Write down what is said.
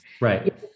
right